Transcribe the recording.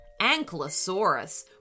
Ankylosaurus